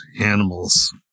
animals